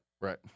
Right